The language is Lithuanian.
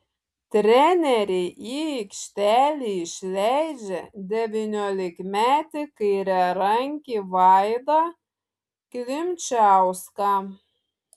treneriai į aikštelę išleidžia devyniolikmetį kairiarankį vaidą klimčiauską